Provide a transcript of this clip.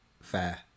Fair